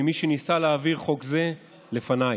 ממי שניסה להעביר חוק זה לפניי.